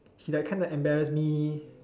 he like kinda embarrass me